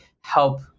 help